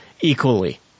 equally